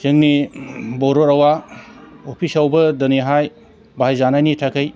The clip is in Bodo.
जोंनि बर' रावा अफिसावबो दिनैहाय बाहाय जानायनि थाखाय